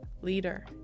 leader